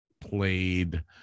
played